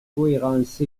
cohérence